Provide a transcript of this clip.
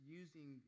using